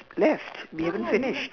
left we haven't finished